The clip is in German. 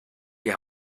die